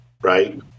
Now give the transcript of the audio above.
right